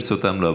ברצותם לא,